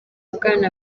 bwana